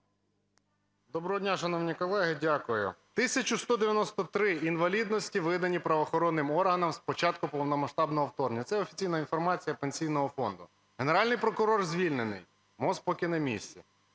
Доброго дня, шановні колеги. Дякую. 1193 інвалідності видані правоохоронним органам з початку повномасштабного вторгнення. Це офіційна інформація Пенсійного фонду. Генеральний прокурор звільнений, МОЗ поки на місці.